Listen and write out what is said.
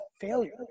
failure